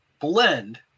blend